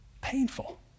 painful